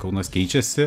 kaunas keičiasi